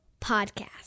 podcast